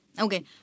Okay